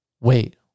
Wait